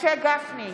משה גפני,